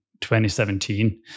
2017